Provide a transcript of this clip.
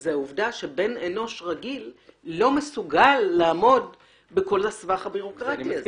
זה העובדה שבן אנוש רגיל לא מסוגל לעמוד בכל הסבך הבירוקרטי הזה.